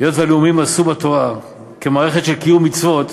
היות שהלאומנים מאסו בתורה כמערכת של קיום מצוות,